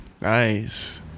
Nice